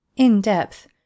In-depth